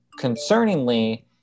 concerningly